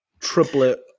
triplet